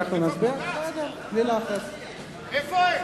ראש הממשלה,